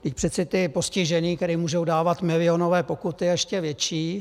Vždyť přece ti postižení, kterým můžou dávat milionové pokuty a ještě větší...